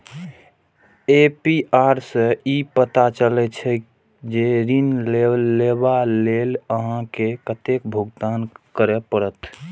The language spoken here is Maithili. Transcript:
ए.पी.आर सं ई पता चलै छै, जे ऋण लेबा लेल अहां के कतेक भुगतान करय पड़त